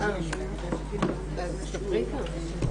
הישיבה ננעלה בשעה